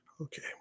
Okay